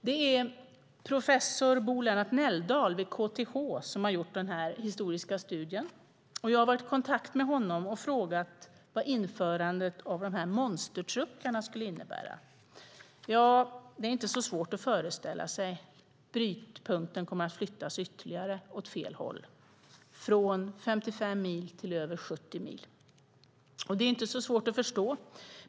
Det är professor Bo-Lennart Nelldahl vid KTH som har gjort denna historiska studie. Jag har varit i kontakt med honom och frågat vad införandet av dessa monstertruckar skulle innebära. Det är inte svårt att föreställa sig: Brytpunkten kommer att flyttas ytterligare åt fel håll, från 55 mil till över 70 mil.